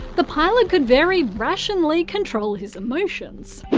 the pilot could very rationally control his emotions.